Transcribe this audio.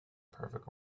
perfect